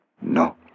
No